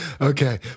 Okay